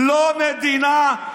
אמרת לנו: